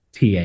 TA